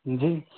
जी